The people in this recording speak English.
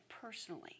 personally